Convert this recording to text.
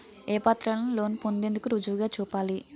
ఏ పత్రాలను లోన్ పొందేందుకు రుజువుగా చూపాలి?